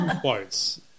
quotes